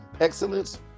excellence